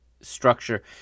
structure